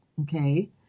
Okay